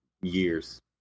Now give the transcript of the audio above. years